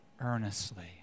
earnestly